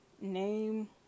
name